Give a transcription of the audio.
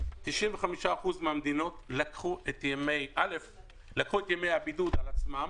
95% מן המדינות לקחו את ימי הבידוד על עצמן.